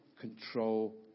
control